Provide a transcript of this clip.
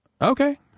Okay